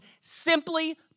simply